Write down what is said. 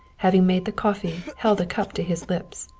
having made the coffee, held a cup to his lips.